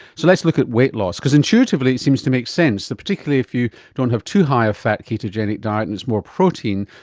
so let's look at weight loss, because intuitively it seems to make sense, particularly if you don't have too high a fat ketogenic diet and it's more protein,